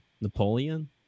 Napoleon